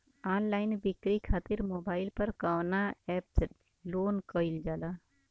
Online बिक्री खातिर mobile पर कवना एप्स लोन कईल जाला?